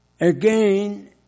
Again